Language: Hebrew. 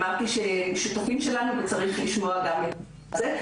אמרתי שהם השותפים שלנו וצריך לשמוע גם את עמדתם בנושא הזה.